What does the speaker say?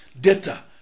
data